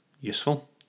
useful